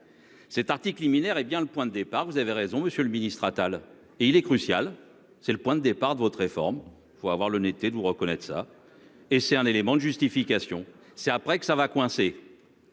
Cet article liminaire, hé bien le point de départ, vous avez raison monsieur le ministre Atal et il est crucial. C'est le point de départ de votre réforme. Faut avoir l'honnêteté de reconnaître ça et c'est un élément de justification. C'est après que ça va coincer.